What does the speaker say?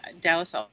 Dallas